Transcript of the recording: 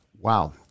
Wow